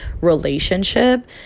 relationship